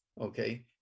Okay